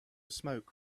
smoke